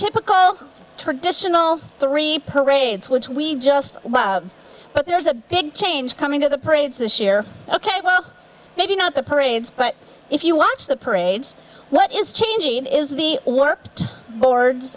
typical traditional three parades which we just love but there's a big change coming to the parades this year ok well maybe not the parades but if you watch the parades what is changing is the warped boards